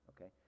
okay